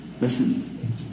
listen